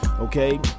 okay